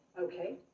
Okay